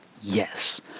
Yes